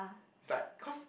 it's like cause